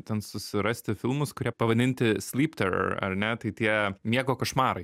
ten susirasti filmus kurie pavadinti sleepter ar ne tai tie miego košmarai